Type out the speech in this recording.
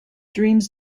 dreams